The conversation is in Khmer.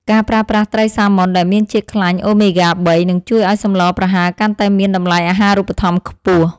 ការប្រើប្រាស់ត្រីសាម៉ុនដែលមានជាតិខ្លាញ់អូមេហ្គាបីនឹងជួយឱ្យសម្លប្រហើរកាន់តែមានតម្លៃអាហារូបត្ថម្ភខ្ពស់។